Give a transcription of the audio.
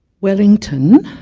wellington,